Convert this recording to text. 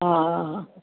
हा